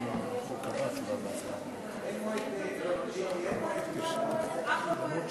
עברה בקריאה טרומית ועוברת לוועדת הכלכלה להכנה לקריאה ראשונה.